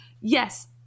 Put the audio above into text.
yes